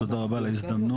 תודה רבה על ההזדמנות,